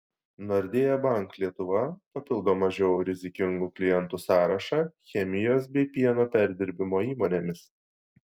nordea bank lietuva papildo mažiau rizikingų klientų sąrašą chemijos bei pieno perdirbimo įmonėmis